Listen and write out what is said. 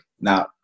Now